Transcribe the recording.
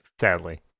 Sadly